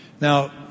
Now